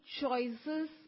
choices